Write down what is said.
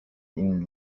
این